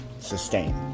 sustain